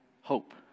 hope